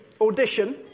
audition